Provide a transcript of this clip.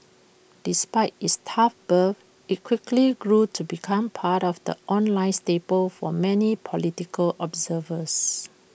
despite its tough birth IT quickly grew to become part of the online staple for many political observers